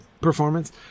performance